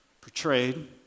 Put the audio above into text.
portrayed